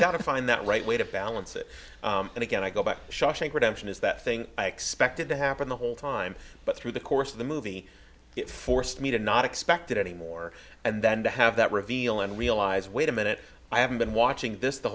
got to find that right way to balance it and again i go back shawshank redemption is that thing i expected to happen the whole time but through the course of the movie it forced me to not expect it anymore and then to have that reveal and realize wait a minute i haven't been watching this the